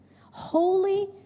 holy